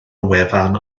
wefan